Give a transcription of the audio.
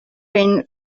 been